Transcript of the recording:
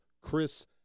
Chris